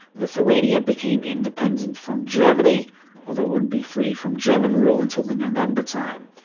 lithuania became independent from germany although wouldn't be freed from german rule until the november time.